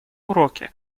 уроки